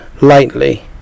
lightly